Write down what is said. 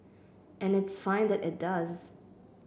and it's fine that it does